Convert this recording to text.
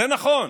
זה נכון,